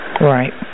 Right